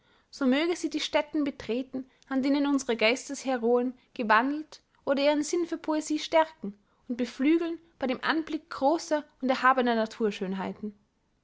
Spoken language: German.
so möge sie die stätten betreten an denen unsere geistesheroen gewandelt oder ihren sinn für poesie stärken und beflügeln bei dem anblick großer und erhabner naturschönheiten